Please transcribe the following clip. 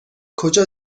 کجا